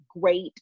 great